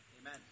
Amen